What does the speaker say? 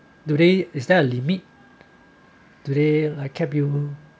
today is there a limit today like kept you